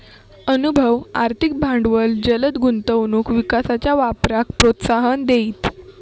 अनुभव, आर्थिक भांडवल जलद गुंतवणूक विकासाच्या वापराक प्रोत्साहन देईत